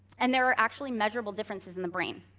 and there are actually measurable differences in the brain.